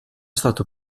stato